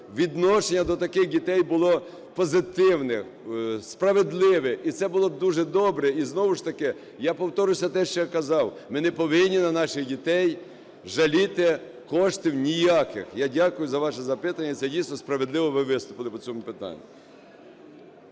щоб відношення до таких дітей було позитивне, справедливе, і це було б дуже добре. І знову ж таки, я повторю те, що я казав: ми не повинні на наших дітей жаліти коштів ніяких. Я дякую за ваше запитання, це дійсно справедливо ви виступили по цьому питанню.